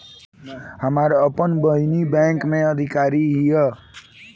हमार आपन बहिनीई बैक में अधिकारी हिअ